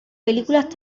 películas